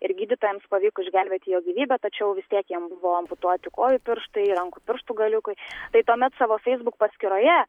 ir gydytojams pavyko išgelbėti jo gyvybę tačiau vis tiek jam buvo amputuoti kojų pirštai pirštų galiukai tai tuomet savo facebook paskyroje